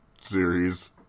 series